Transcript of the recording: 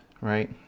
right